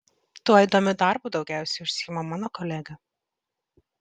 tuo įdomiu darbu daugiausiai užsiima mano kolega